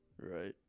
Right